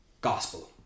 gospel